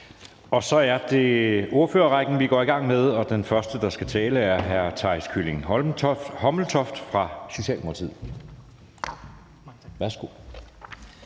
Så er det ordførerrækken, vi går i gang med, og den første, der skal tale, er hr. Theis Kylling Hommeltoft fra Socialdemokratiet.